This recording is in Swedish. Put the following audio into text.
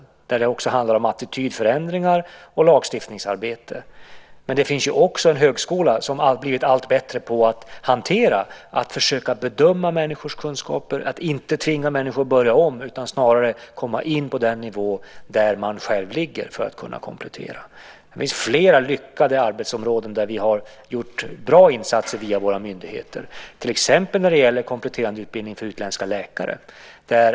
Där handlar det också om attitydförändringar och lagstiftningsarbete. Men det finns också en högskola som har blivit allt bättre på att försöka bedöma människors kunskaper, på att inte tvinga människor att börja om. De ska snarare komma in på den nivå där de själva ligger för att kunna komplettera. Det finns flera lyckade arbetsområden där vi har gjort bra insatser via våra myndigheter. Det gäller till exempel kompletterande utbildning för utländska läkare.